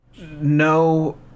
No